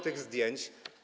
tych zdjęć.